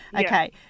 Okay